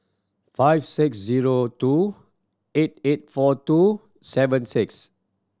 five six zero two eight eight four two seven six